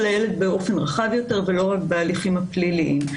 הילד באופן רחב יותר ולא רק בהליכים הפליליים.